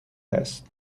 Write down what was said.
هست